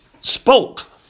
spoke